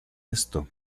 esto